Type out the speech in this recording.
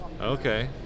Okay